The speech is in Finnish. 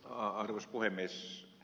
arvoisa puhemies